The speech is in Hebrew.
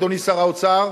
אדוני שר האוצר,